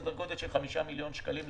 סדר גודל של חמישה מיליון שקלים,